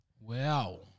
Wow